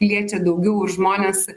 liečia daugiau žmones